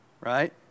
Right